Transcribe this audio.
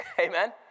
Amen